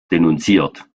denunziert